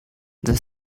the